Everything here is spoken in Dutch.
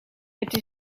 het